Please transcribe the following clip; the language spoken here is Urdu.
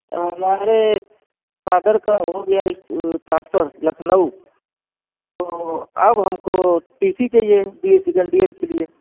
ہمارے فادر کا ہو گیا ٹرانسفر لکھنؤ تو اب ہم کو ٹی سی چاہیے بی اے سیکنڈ ایئر کے لئے